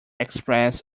express